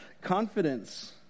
confidence